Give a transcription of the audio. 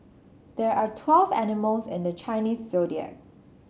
there are twelve animals in the Chinese Zodiac